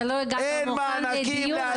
אתה לא הגעת מוכן לדיון?